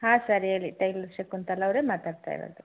ಹಾಂ ಸರ್ ಹೇಳಿ ಟೈಲರ್ ಶಕುಂತಲಾ ಅವರೇ ಮಾತಾಡ್ತಿರೋದು